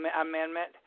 Amendment